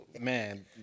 man